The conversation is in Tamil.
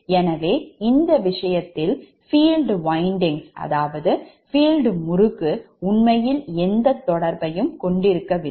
எனவே இந்த விஷயத்தில் field windings முறுக்கு உண்மையில் எந்த தொடர்பையும் கொண்டிருக்கவில்லை